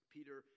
Peter